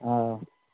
ꯑꯧ